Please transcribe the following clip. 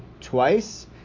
Twice